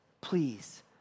Please